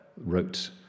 wrote